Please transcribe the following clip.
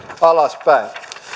alaspäin